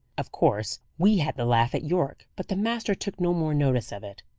of course we had the laugh at yorke but the master took no more notice of it.